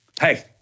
Hey